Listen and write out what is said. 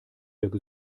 wieder